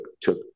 took –